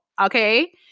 okay